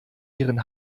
ihren